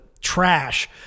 trash